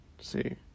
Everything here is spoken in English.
see